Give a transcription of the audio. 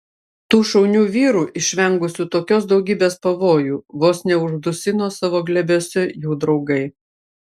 tų šaunių vyrų išvengusių tokios daugybės pavojų vos neuždusino savo glėbiuose jų draugai